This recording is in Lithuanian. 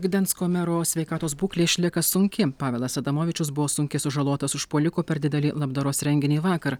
gdansko mero sveikatos būklė išlieka sunki pavelas adamovičius buvo sunkiai sužalotas užpuoliko per didelį labdaros renginį vakar